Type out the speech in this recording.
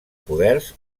poders